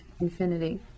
infinity